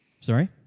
Sorry